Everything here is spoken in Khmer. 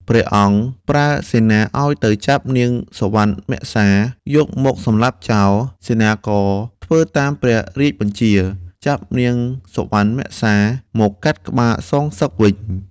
ព្រះអង្គប្រើសេនាឲ្យទៅចាប់នាង សុវណ្ណមសា យកមកសម្លាប់ចោល សេនាក៏ធ្វើតាមព្រះរាជបញ្ជា ចាប់នាងសុវណ្ណមសា មកកាត់ក្បាលសងសឹកវិញ។